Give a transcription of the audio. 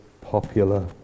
popular